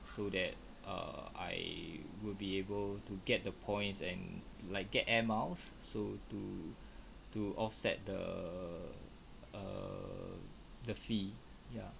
so that err I would be able to get the points and like get air miles so to to offset the err the fee ya